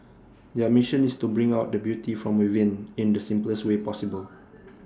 their mission is to bring out the beauty from within in the simplest way possible